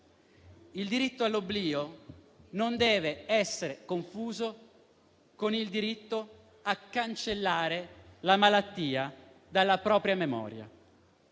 Il diritto all'oblio non deve essere confuso con il diritto a cancellare la malattia dalla propria memoria.